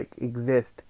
exist